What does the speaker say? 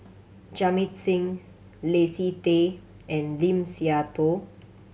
Jamit Singh Leslie Tay and Lim Siah Tong